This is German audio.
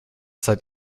seid